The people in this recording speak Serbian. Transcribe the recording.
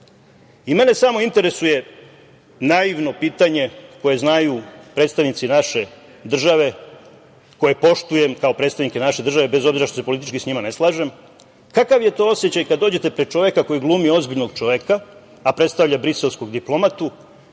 unija. Mene samo interesuje, naivno pitanje koje znaju predstavnici naše države, koje poštujem kao predstavnike naše države, bez obzira što se politički sa njima ne slažem – kakav je to osećaj kad dođete pred čoveka koji glumi ozbiljnog čoveka, a predstavlja briselskog diplomatu